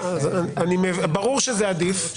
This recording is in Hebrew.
ברור שזה עדיף.